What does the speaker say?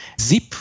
zip